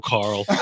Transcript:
Carl